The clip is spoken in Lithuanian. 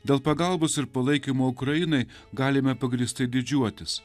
dėl pagalbos ir palaikymo ukrainai galime pagrįstai didžiuotis